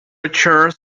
chairs